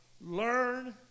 learn